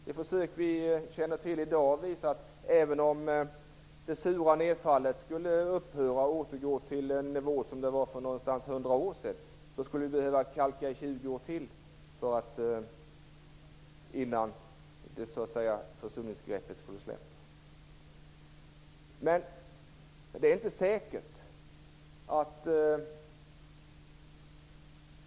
De försök som vi känner till i dag visar, att även om det sura nedfallet skulle upphöra och återgå till samma nivå som för 100 år sedan skulle vi behöva kalka i 20 år till innan försurningsgreppet släpper.